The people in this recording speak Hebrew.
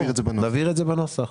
נבהיר את זה בנוסח.